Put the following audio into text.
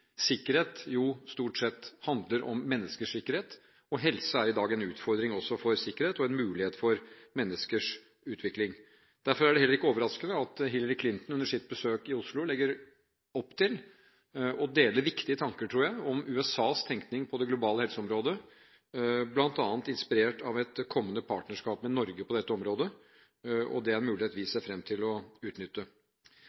sikkerhet stort sett handler om menneskers sikkerhet, og helse er i dag en utfordring også for sikkerhet og en mulighet for menneskers utvikling. Derfor er det heller ikke overraskende at Hillary Clinton under sitt besøk i Oslo legger opp til å dele viktige tanker, tror jeg, om USAs tenkning på det globale helseområdet, bl.a. inspirert av et kommende partnerskap med Norge på dette området. Det er en mulighet vi